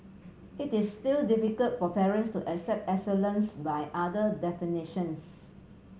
it is still difficult for parents to accept excellence by other definitions